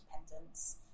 independence